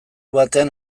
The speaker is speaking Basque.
batean